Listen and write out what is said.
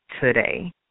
today